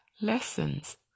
lessons